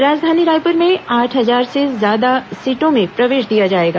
राजधानी रायपुर में आठ हजार से ज्यादा सीटों में प्रवेश दिया जाएगा